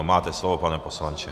Máte slovo, pane poslanče.